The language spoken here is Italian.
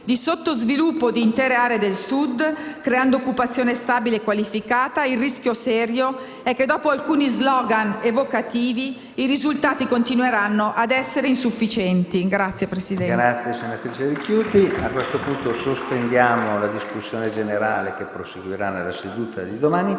di sottosviluppo di intere aree del Sud, creando occupazione stabile e qualificata, il rischio serio è che, dopo alcuni *slogan* evocativi, i risultati continueranno ad essere insufficienti. *(Applausi